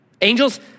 Angels